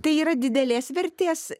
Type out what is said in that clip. tai yra didelės vertės